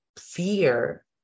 fear